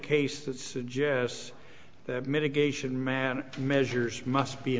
case that suggests that mitigation man measures must be